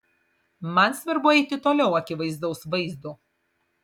man svarbu eiti toliau akivaizdaus vaizdo